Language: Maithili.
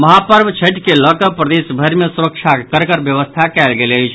महापर्व छठि के लऽ कऽ प्रदेश भरि मे सुरक्षाक कड़गर व्यवस्था कयल गेल अछि